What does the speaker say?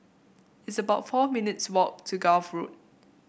it's about four minutes' walk to Gul Road